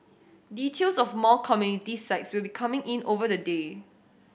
details of more community sites will be coming in over the day